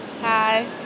Hi